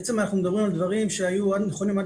בעצם אנחנו מדברים על דברים שהיו נכונים עד